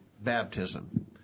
baptism